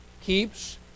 keeps